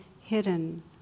hidden